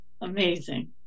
Amazing